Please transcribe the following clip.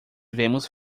vemos